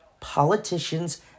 politicians